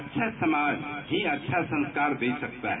अच्छा समाज ही अच्छा संस्कार दे सकता है